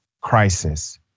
crisis